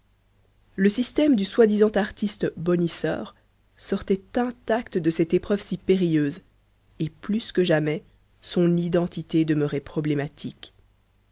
le système du soi-disant artiste bonisseur sortait intact de cette épreuve si périlleuse et plus que jamais son identité demeurait problématique